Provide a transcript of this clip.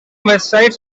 websites